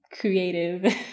creative